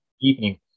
evening